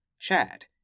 Chad